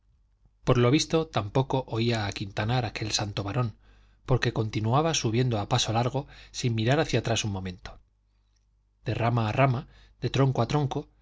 por lo visto tampoco oía a quintanar aquel santo varón porque continuaba subiendo a paso largo sin mirar hacia atrás un momento de rama a rama de tronco a tronco